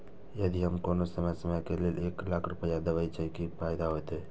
यदि हम कोनो कम समय के लेल एक लाख रुपए देब छै कि फायदा होयत?